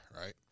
right